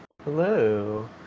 Hello